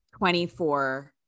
24